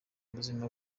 muzima